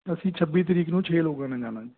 ਅਸੀਂ ਛੱਬੀ ਤਰੀਕ ਨੂੰ ਛੇ ਲੋਕਾਂ ਨੇ ਜਾਣਾ ਜੀ